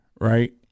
right